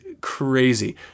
crazy